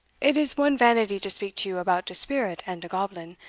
it is one vanity to speak to you about de spirit and de goblin.